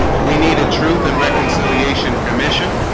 we need a truth and reconciliation commission